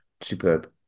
Superb